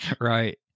Right